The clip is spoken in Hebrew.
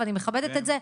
ואני מכבדת את זה,